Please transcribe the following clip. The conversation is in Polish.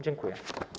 Dziękuję.